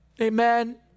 Amen